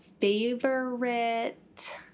Favorite